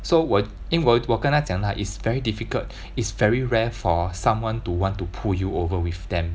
so 我因我我跟他讲 lah is very difficult is very rare for someone to want to pull you over with them